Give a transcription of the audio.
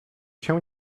się